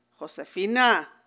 Josefina